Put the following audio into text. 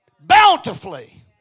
bountifully